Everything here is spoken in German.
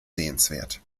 sehenswert